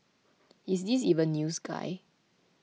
is this even news guy